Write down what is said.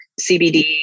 CBD